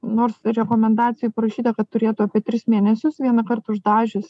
nors rekomendacijoj parašyta kad turėtų apie tris mėnesius vienąkart uždažius